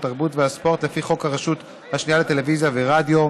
התרבות והספורט לפי חוק הרשות השנייה לטלוויזיה ורדיו,